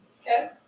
Okay